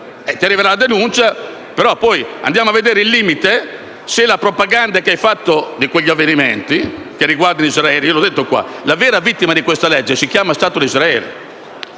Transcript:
Arriverà la denuncia, ma poi si andrà vedere il limite e la propaganda che è stata fatta di determinati avvenimenti, che riguardano Israele. Io l'ho detto che la vera vittima di questa legge si chiama Stato di Israele.